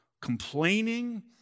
complaining